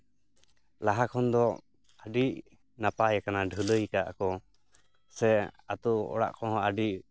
ᱞᱟᱦᱟ ᱠᱷᱚᱱ ᱫᱚ ᱟᱹᱰᱤ ᱱᱟᱯᱟᱭ ᱟᱠᱟᱱᱟ ᱰᱷᱟᱹᱞᱟᱹᱭ ᱟᱠᱟᱫᱼ ᱟᱠᱚ ᱥᱮ ᱟᱛᱳ ᱚᱲᱟᱜ ᱠᱚᱦᱚᱸ ᱟᱹᱰᱤ